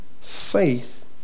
Faith